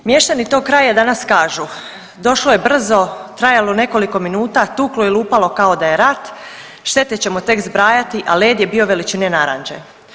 Mještani tog kraja danas kažu, došlo je brzo, trajalo nekoliko minuta, tuklo i lupalo kao da je rat, štete ćemo tek zbrajati, a led je bio veličine naranče.